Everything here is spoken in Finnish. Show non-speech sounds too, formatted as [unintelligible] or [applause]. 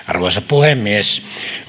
[unintelligible] arvoisa puhemies